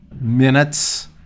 minutes